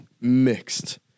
mixed